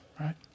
right